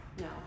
No